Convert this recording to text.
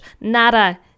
Nada